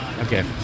Okay